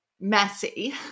messy